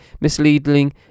misleading